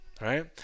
right